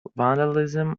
vandalism